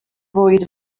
fwyd